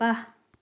ৱাহ